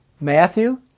Matthew